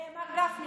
מר גפני,